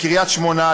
לקריית-שמונה,